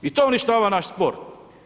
I to uništava naš sport.